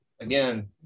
again